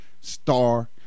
star